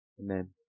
Amen